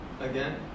Again